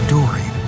Dory